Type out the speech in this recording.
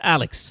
Alex